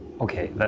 okay